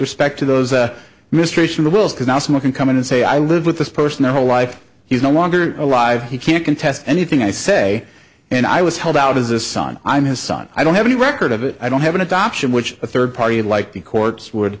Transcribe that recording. respect to those a mystery in the world because not smoking come in and say i live with this person their whole life he's no longer alive he can't contest anything i say and i was held out as a son i'm his son i don't have any record of it i don't have an adoption which a third party like the courts would